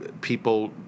people